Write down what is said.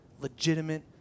legitimate